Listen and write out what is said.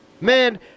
Man